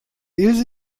ilse